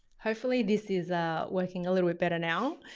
hopefully this is ah working a little bit better now.